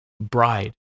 bride